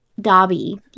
dobby